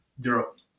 Europe